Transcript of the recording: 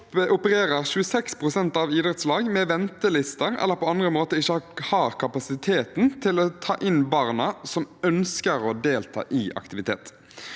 opererer 26 pst. av idrettslag med ventelister eller har på andre måter ikke kapasitet til å ta inn barna som ønsker å delta i aktivitet.